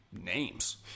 names